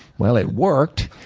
well, it worked.